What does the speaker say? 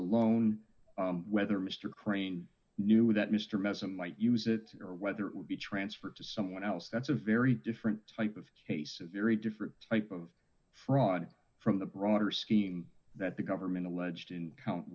alone whether mr crane knew that mr madison might use it or whether it would be transferred to someone else that's a very different type of case a very different type of fraud from the broader scheme that the government alleged in count